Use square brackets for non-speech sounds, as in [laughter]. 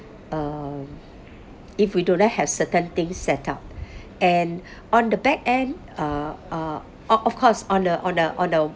uh if we do not have certain things set up [breath] and [breath] on the back end uh uh o~ of course on the on the on the